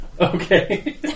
Okay